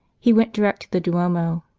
he went direct to the duomo,